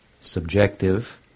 subjective